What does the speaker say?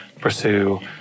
pursue